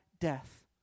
death